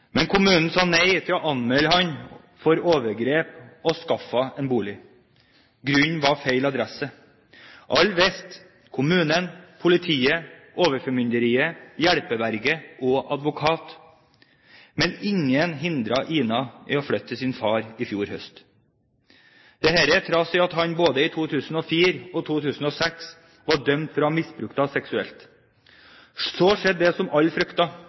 men kommunen sa nei til å anmelde ham for overgrep og skaffe henne en bolig. Grunnen var feil adresse. Alle visste – kommunen, politiet, overformynderiet, hjelpeverge og advokat – men ingen hindret Ina i å flytte til sin far i fjor høst, dette trass i at han både i 2004 og i 2006 var dømt for å ha misbrukt henne seksuelt. Så skjedde det som